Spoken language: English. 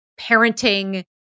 parenting